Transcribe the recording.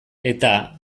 eta